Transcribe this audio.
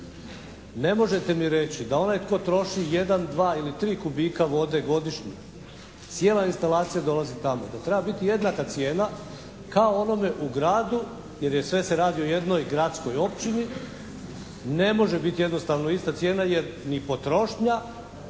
Ne možete mi reći da onaj tko troši jedan, dva ili tri kubika vode godišnje cijela instalacija dolazi tamo. Da treba biti jednaka cijena kao onome u gradu jer je sve se radi o jednoj gradskoj općini. Ne možete biti jednostavno ista cijena jer ni potrošnja,